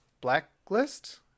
Blacklist